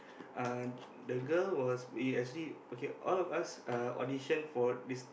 uh the girl was we actually okay all of us uh audition for this